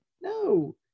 no